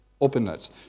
openness